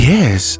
Yes